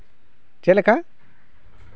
ᱪᱮᱫ ᱞᱮᱠᱟ